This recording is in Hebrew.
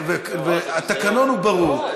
התקנון ברור.